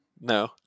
No